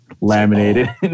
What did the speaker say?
laminated